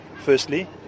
firstly